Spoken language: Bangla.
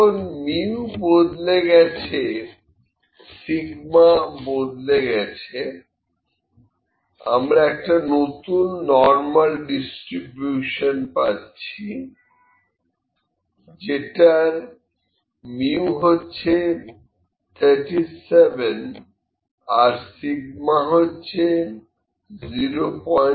এখন μ বদলে গেছে σ বদলে গেছে আমরা একটা নতুন নর্মাল ডিস্ট্রিবিউশন পাচ্ছি যেটার μ হচ্ছে 37 আর σ হচ্ছে 04